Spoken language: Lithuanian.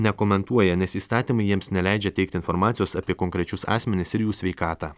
nekomentuoja nes įstatymai jiems neleidžia teikti informacijos apie konkrečius asmenis ir jų sveikatą